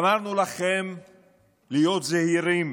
אמרנו לכם להיות זהירים